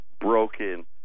broken